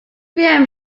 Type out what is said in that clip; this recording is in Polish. wiem